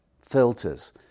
filters